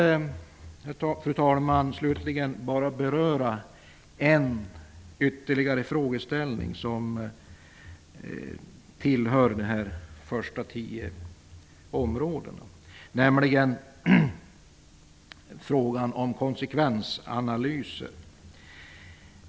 Jag skall avslutningsvis beröra en ytterligare frågeställning som hör till dessa första tio områden, nämligen frågan om konsekvensanalyser.